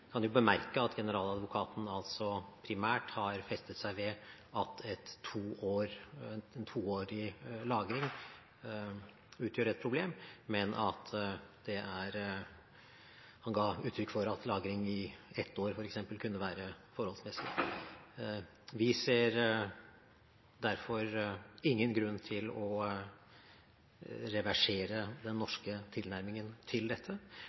kan jo bemerke at generaladvokaten primært har festet seg ved at en toårig lagring utgjør et problem, og han ga uttrykk for at lagring i ett år, f.eks., kunne være forholdsmessig. Vi ser derfor ingen grunn til å reversere den norske tilnærmingen til dette.